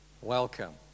welcome